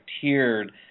tiered